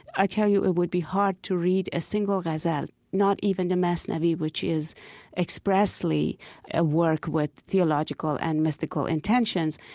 i tell you, it would be hard to read a single ghazal, not even the masnavi, which is expressly a work with theological and mystical intentions.